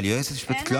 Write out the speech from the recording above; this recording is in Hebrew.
אבל היועצת המשפטית.